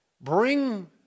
Bring